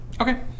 Okay